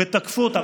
ותקפו אותם.